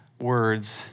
words